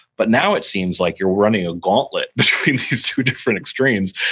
but now it seems like you're running a gauntlet between these two different extremes,